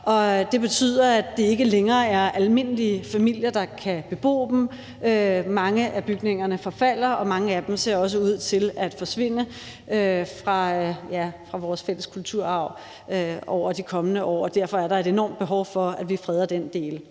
det betyder, at det ikke længere er almindelige familier, der kan bebo dem. Mange af bygningerne forfalder, og mange af dem ser også ud til at forsvinde fra vores fælles kulturarv over de kommende år, og derfor er der et enormt behov for, at vi freder den del.